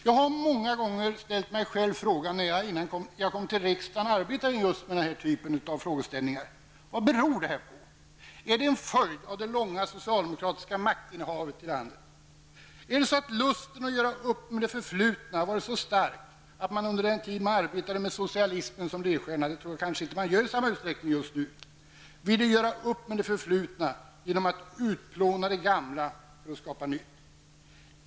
Jag har många gånger ställt mig själv frågan, när jag innan jag kom till riksdagen arbetade med den här typen av frågeställningar: Vad beror detta på? Är det en följd av det långa socialdemokratiska maktinnehavet i vårt land? Är det så att lusten att göra upp med det förflutna varit så stark att man under den tid man arbetade med socialismen som ledstjärna -- vilket man kanske inte gör i samma utsträckning längre -- ville göra upp med det förflutna genom att utplåna det gamla för att skapa nytt?